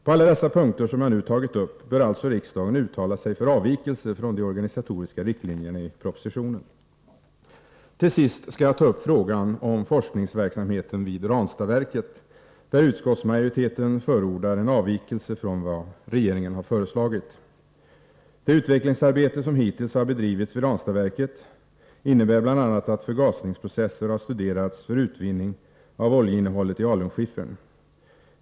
På alla dessa punkter som jag nu tagit upp bör alltså riksdagen uttala sig för avvikelser från de organisatoriska riktlinjerna i propositionen. Till sist skall jag ta upp frågan om forskningsverksamheten vid Ranstadsverket, där utskottsmajoriteten förordar en avvikelse från vad regeringen har föreslagit. Det utvecklingsarbete som hittills har bedrivits vid Ranstadsverket innebär bl.a. att förgasningsprocesser har studerats för utvinning av oljeinnehållet i alunskiffern.